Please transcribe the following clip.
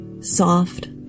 soft